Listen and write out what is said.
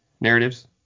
narratives